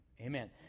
Amen